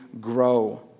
grow